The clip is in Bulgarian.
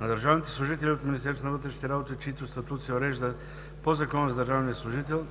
На държавните служители от МВР, чийто статут се урежда по Закона за държавния служител,